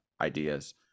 ideas